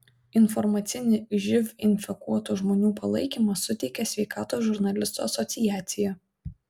informacinį živ infekuotų žmonių palaikymą suteikia sveikatos žurnalistų asociacija